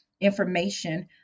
information